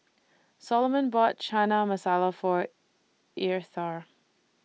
Soloman bought Chana Masala For Eartha